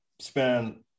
spend